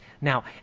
Now